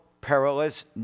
perilous